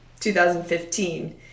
2015